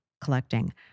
collecting